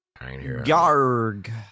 Garg